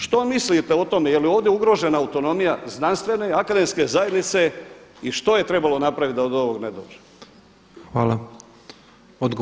Što mislite o tome je li ovdje ugrožena autonomija znanstvene, akademske zajednice i što je trebalo napraviti da do ovog ne dođe?